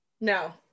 No